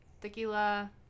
tequila